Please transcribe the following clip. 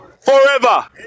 forever